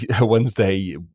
wednesday